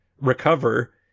recover